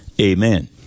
Amen